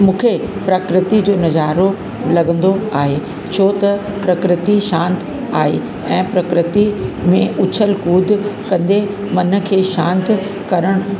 मूंखे प्रकृति जो नज़ारो लॻंदो आहे छो त प्रकृति शांती आहे ऐं प्रकृति में उछल कूद कंदे मन खे शांति करणु